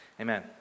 Amen